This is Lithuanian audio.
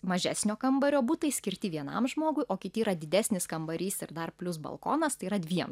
mažesnio kambario butai skirti vienam žmogui o kiti yra didesnis kambarys ir dar plius balkonas tai yra dviem